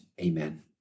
Amen